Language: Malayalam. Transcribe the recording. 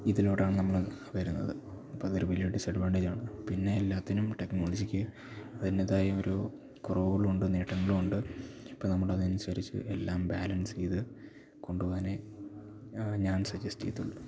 ഇതിലോട്ടാണ് നമ്മൾ വരുന്നത് അപ്പം അതൊരു വലിയ ഒരു ഡിസഡ്വാൻറ്റേജ് ആണ് പിന്നെ എല്ലാത്തിനും ടെക്നോളജിക്ക് അതിൻ്റേതായ ഒരു ക്രോളുണ്ട് നേട്ടങ്ങൾ ഉണ്ട് അപ്പം നമ്മൾ അത് അനുസരിച്ചു എല്ലാം ബാലൻസ് ചെയ്തു കൊണ്ടുപോകാൻ ഞാൻ സജസ്റ്റ് ചെയ്യത്തുള്ളൂ